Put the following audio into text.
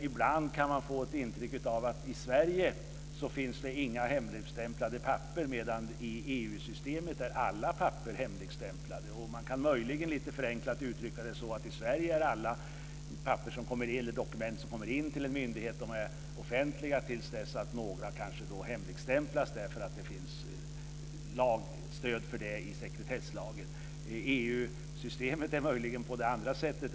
Ibland kan man få ett intryck av att i Sverige finns det inga hemligstämplade papper, medan i EU-systemet är alla papper hemligstämplade. Man kan möjligen lite förenklat uttrycka det så att i Sverige är alla dokument som kommer in till en myndighet offentliga till dess några hemligstämplas därför att det finns lagstöd för det i sekretesslagen. I EU-systemet är det möjligen på det andra sättet.